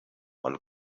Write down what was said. one